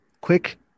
Quick